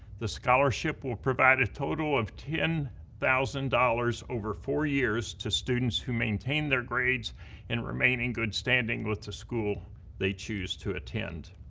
the scholarship will provide a total of ten thousand dollars over four years to students who maintain their grades and remain in good standing with the school they choose to attend.